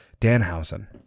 Danhausen